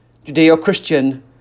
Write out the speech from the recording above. Judeo-Christian